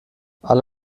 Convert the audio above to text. alle